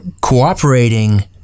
cooperating